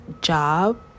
job